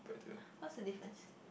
what's the difference